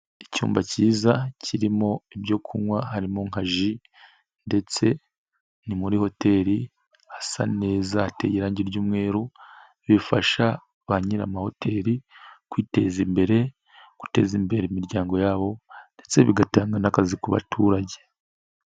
Icyumba cyiza kirimo ibyo kunywa harimo nka ji ndetse ni muri hoteri hasa neza hateye irangi ry'umweru bifasha ba nyir'amahoteri kwiteza imbere, guteza imbere imiryango yabo ndetse bigatanga n'akazi ku baturage.